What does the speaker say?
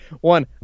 One